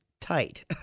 tight